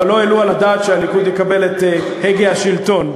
אבל לא העלו על הדעת שהליכוד יקבל את הגה השלטון.